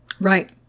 Right